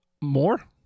more